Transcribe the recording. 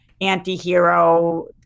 anti-hero